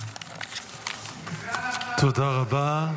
תודה רבה.